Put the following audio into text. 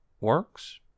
works